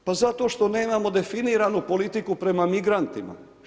Pa zato što nemamo definiranu politiku prema migrantima.